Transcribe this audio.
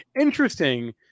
Interesting